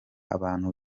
abantu